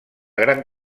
gran